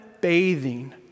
bathing